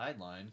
guideline